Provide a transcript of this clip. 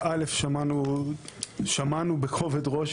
א', שמענו בכובד ראש.